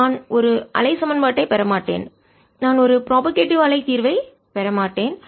எனவே நான் ஒரு அலை சமன்பாட்டைப் பெற மாட்டேன் நான் ஒரு ப்ரோபகேட்டிவ் பரவல் அலை தீர்வைப் பெற மாட்டேன்